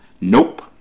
Nope